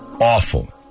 awful